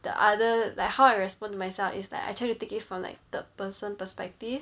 the other like how I respond to myself is like I try to take it from like the third person perspective